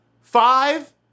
five